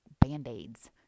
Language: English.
band-aids